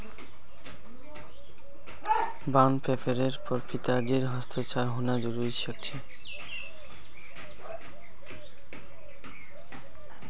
bond पेपरेर पर पिताजीर हस्ताक्षर होना जरूरी छेक